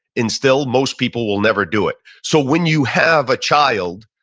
and still most people will never do it. so when you have a child,